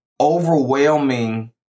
overwhelming